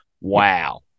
Wow